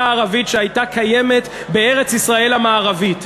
ערבית שהייתה קיימת בארץ-ישראל המערבית.